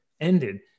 ended